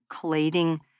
collating